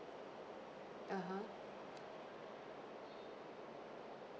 (uh huh)